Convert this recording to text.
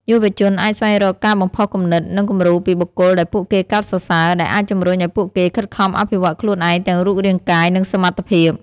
យុវជនអាចស្វែងរកការបំផុសគំនិត និងគំរូពីបុគ្គលដែលពួកគេកោតសរសើរ ដែលអាចជំរុញឲ្យពួកគេខិតខំអភិវឌ្ឍខ្លួនឯងទាំងរូបរាងកាយ និងសមត្ថភាព។